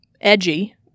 edgy